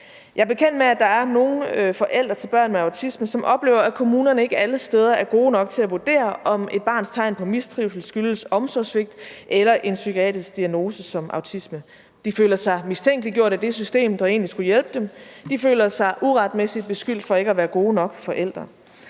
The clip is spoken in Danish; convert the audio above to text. Jeg er bekendt med, at der er nogle forældre til børn med autisme, som oplever, at kommunerne ikke alle steder er gode nok til at vurdere, om et barns tegn på mistrivsel skyldes omsorgssvigt eller en psykiatrisk diagnose som autisme. De føler sig mistænkeliggjort af det system, der egentlig skulle hjælpe dem, de føler sig uretmæssigt beskyldt for ikke at være gode nok forældre.